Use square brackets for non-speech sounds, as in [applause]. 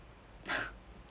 [noise]